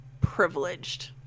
privileged